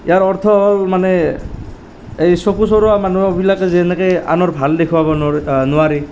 ইয়াৰ অৰ্থ হ'ল মানে এই চকু চৰহা মানুহবিলাকে যেনেকৈ আনৰ ভাল দেখুৱাব নোৱা নোৱাৰি